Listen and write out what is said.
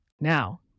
Now